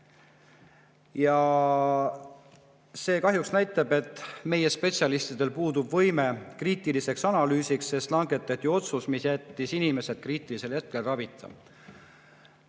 See kahjuks näitab, et meie spetsialistidel puudub kriitilise analüüsi võime, sest langetati otsus, mis jättis inimesed kriitilisel hetkel ravita. Ma